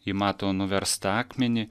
ji mato nuverstą akmenį